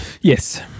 Yes